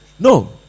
No